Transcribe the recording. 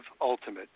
ultimate